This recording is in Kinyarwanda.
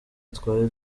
twari